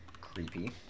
creepy